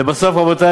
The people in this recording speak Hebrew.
"לבסוף," רבותי,